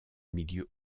milieu